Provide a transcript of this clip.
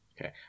Okay